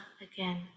again